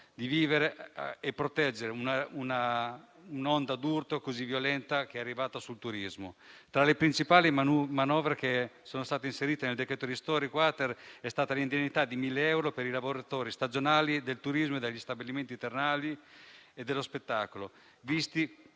di vivere e proteggersi dall'onda d'urto così violenta che ha investito il turismo. Tra le principali manovre che sono state inserite nel decreto ristori-*quater* vi è l'indennità di 1.000 euro per i lavoratori stagionali del turismo, degli stabilimenti termali e dello spettacolo,